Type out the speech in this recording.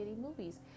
movies